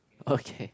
okay